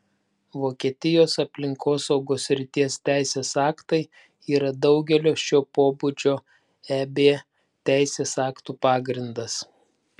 vokietijos aplinkosaugos srities teisės aktai yra daugelio šio pobūdžio eb teisės aktų pagrindas